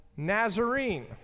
Nazarene